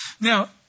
Now